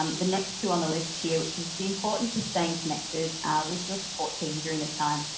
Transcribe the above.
um the next two on the list here, which is the importance of staying connected with your support team during this time,